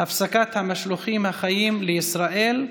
הפסקת המשלוחים החיים לישראל,